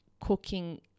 cooking